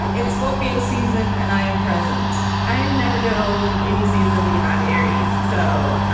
in scorpio season and i am present. i never know any season beyond aries so